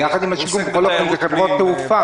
בכל אופן, זה חברות תעופה.